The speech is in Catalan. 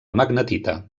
magnetita